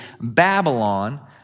Babylon